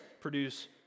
produce